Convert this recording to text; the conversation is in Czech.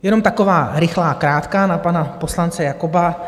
Jenom taková rychlá krátká na pana poslance Jakoba.